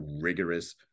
rigorous